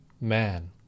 man